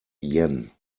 yen